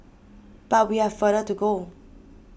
but we have further to go